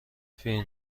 فین